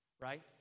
right